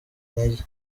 intege